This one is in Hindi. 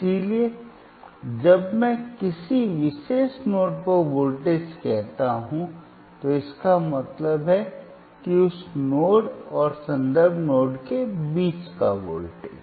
इसलिए जब मैं किसी विशेष नोड पर वोल्टेज कहता हूं तो इसका मतलब है कि उस नोड और संदर्भ नोड के बीच वोल्टेज